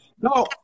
No